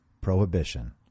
prohibition